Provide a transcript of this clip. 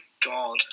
god